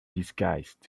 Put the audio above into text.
disguised